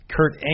Kurt